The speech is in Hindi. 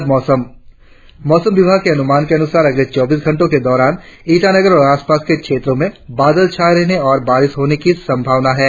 और अब मौसम मौसम विभाग के अनुमान के अनुसार अगले चौबीस घंटो के दौरान ईटानगर और आसपास के क्षेत्रो में आसमान में बादल छाये रहने और बारिश होने की संभावना है